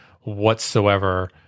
whatsoever